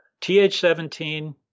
Th17